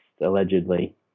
Allegedly